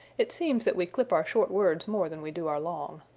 it seems that we clip our short words more than we do our long.